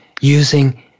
using